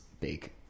big